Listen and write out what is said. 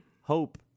hope